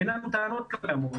אין לנו טענות כלפי המורים,